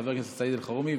חבר הכנסת סעיד אלחרומי,